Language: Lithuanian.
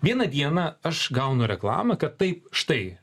vieną dieną aš gaunu reklamą kad tai štai